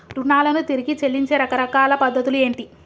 రుణాలను తిరిగి చెల్లించే రకరకాల పద్ధతులు ఏంటి?